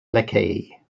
lackey